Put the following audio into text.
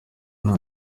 nta